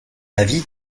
avis